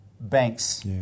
banks